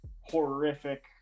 horrific